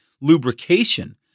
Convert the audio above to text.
lubrication